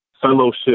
fellowship